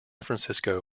francisco